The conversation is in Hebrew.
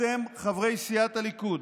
אתם, חברי סיעת הליכוד,